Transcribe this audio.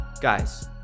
Guys